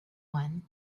one